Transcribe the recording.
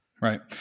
right